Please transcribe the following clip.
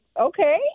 Okay